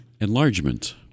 Enlargement